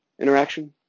Interaction